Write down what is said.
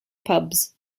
pubs